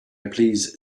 please